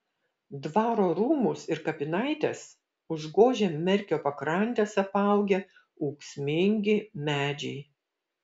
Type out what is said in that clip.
dvaro rūmus ir kapinaites užgožia merkio pakrantes apaugę ūksmingi medžiai